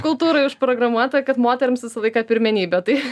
kultūroj užprogramuota kad moterims visą laiką pirmenybė tai